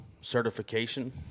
certification